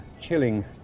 chilling